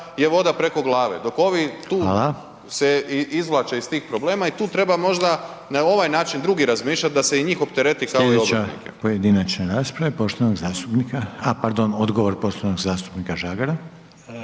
je voda preko glave. Dok se ovi tu izvlače iz tih problema i tu treba možda na ovaj drugi način razmišljati da se i njih optereti kao i obrtnike. **Reiner, Željko (HDZ)** Odgovor poštovanog zastupnika Žagar.